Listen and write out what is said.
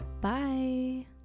bye